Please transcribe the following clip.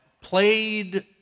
played